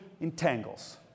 entangles